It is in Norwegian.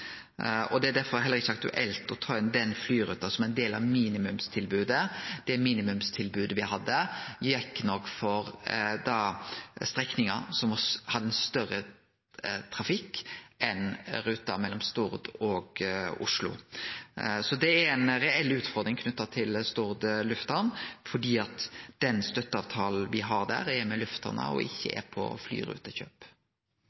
flyrutene. Det er derfor heller ikkje aktuelt å ta inn den flyruta som ein del av minimumstilbodet. Det minimumstilbodet me hadde, gjaldt strekningar som hadde større trafikk enn ruta mellom Stord og Oslo. Det er ei reell utfordring knytt til Stord lufthamn, for den støtteavtalen me har der, er med lufthamna og gjeld ikkje